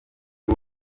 w’u